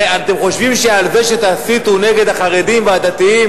אתם חושבים שעל זה שתסיתו נגד החרדים והדתיים